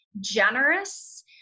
generous